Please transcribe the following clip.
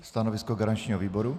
Stanovisko garančního výboru?